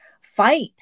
fight